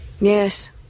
yes